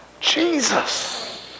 Jesus